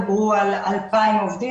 דיברו על 2,000 עובדים.